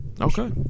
Okay